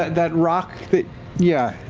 that rock that yeah.